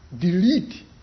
delete